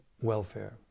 welfare